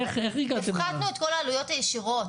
הרי בסופו של דבר גם המועצה הדתית תהיה גוף נותן כשרות.